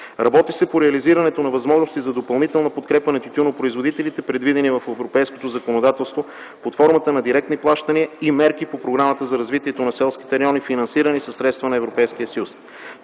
Работи се по реализирането на възможности за допълнителна подкрепа на тютюнопроизводителите, предвидени в европейското законодателство под формата на директни плащания и мерки по Програмата за развитие на селските райони, финансирани със средства на Европейския съюз.